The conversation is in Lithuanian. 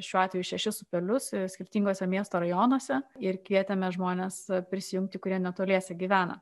šiuo atveju šešis upelius skirtingose miesto rajonuose ir kvietėme žmones prisijungti kurie netoliese gyvena